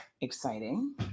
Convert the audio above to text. Exciting